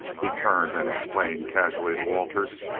he turned and explained casually to waters.